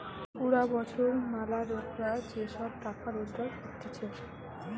পুরা বছর ম্যালা লোকরা যে সব টাকা রোজগার করতিছে